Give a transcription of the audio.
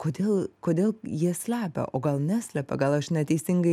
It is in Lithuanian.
kodėl kodėl jie slepia o gal neslepia gal aš neteisingai